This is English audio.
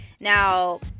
Now